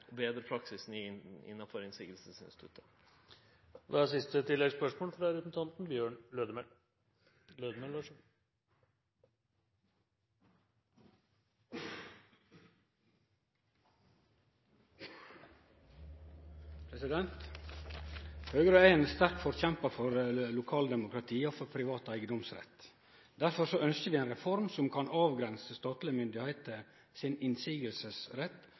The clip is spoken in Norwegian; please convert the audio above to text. innanfor motsegnsinstituttet. Høgre er ein sterk forkjempar for lokaldemokratiet og for privat eigedomsrett. Derfor ønskjer vi ei reform som kan avgrense statlege myndigheiter sin